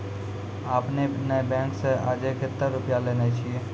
आपने ने बैंक से आजे कतो रुपिया लेने छियि?